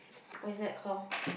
what is that call